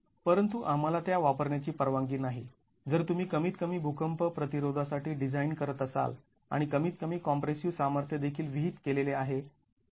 परंतु आम्हाला त्या वापरण्याची परवानगी नाही जर तुम्ही कमीत कमी भूकंप प्रतिरोधा साठी डिझाईन करत असाल आणि कमीत कमी कॉम्प्रेसिव सामर्थ्य देखील विहित केलेले आहे